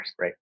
right